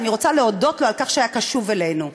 ואני רוצה להודות לו על כך שהיה קשוב אלינו.